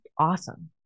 awesome